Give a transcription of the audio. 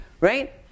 right